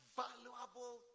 valuable